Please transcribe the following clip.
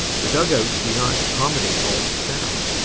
the dug-outs do not accommodate all the staff,